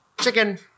chicken